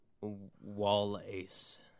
Wallace